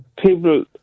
people